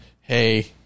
hey